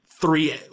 three